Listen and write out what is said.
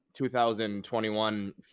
2021